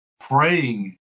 praying